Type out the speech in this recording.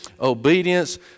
obedience